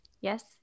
yes